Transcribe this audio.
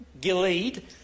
gilead